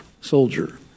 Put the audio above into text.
soldier